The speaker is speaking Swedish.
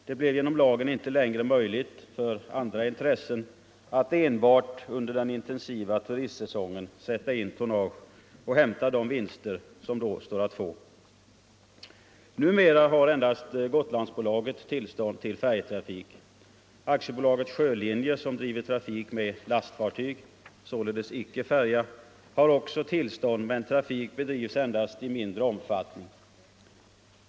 Det blev genom lagen inte längre möjligt för andra intressen att enbart under den intensiva turistsäsongen sätta in tonnage och hämta de vinster som då står att få. Numera har endast Gotlandsbolaget tillstånd till färjtrafik. AB Sjölinjer, som driver trafik med lastfartyg, således icke färja, har också tillstånd, men trafik bedrivs av detta bolag endast i mindre omfattning.